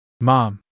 Mom